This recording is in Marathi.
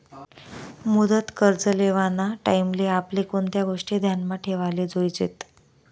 मुदत कर्ज लेवाना टाईमले आपले कोणत्या गोष्टी ध्यानमा ठेवाले जोयजेत